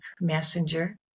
Messenger